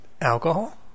alcohol